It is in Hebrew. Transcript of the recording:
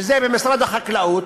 שזה במשרד החקלאות,